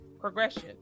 progression